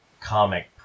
comic